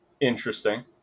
interesting